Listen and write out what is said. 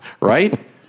Right